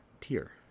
tier